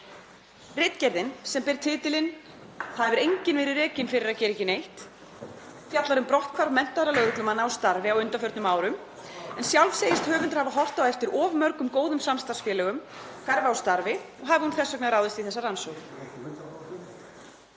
Ritgerðin, sem ber titilinn Það hefur enginn verið rekinn fyrir að gera ekki neitt, fjallar um brotthvarf menntaðra lögreglumanna úr starfi á undanförnum árum en sjálf segist höfundur hafa horft á eftir of mörgum góðum samstarfsfélögum hverfa úr starfi og hafi hún þess vegna ráðist í þessa rannsókn.